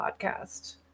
podcast